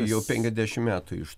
jau penkiasdešim metų iš